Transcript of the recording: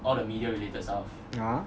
yeah